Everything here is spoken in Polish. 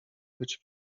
być